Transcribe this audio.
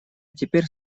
теперь